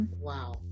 Wow